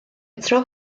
tro